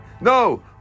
no